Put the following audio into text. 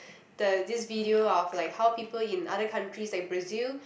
the this video of like how people in other countries like Brazil